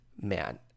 man